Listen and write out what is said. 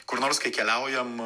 kur nors kai keliaujam